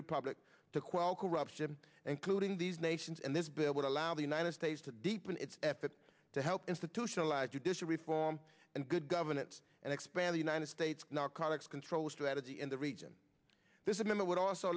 republic to quell corruption and clearing these nations and this bill would allow the united states to deepen its efforts to help institutionalize judicial reform and good governance and expand the united states narcotics control strategy in the region this image would also